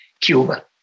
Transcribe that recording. Cuba